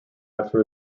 after